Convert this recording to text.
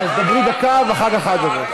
אז דברי דקה, ואחר כך את דוברת.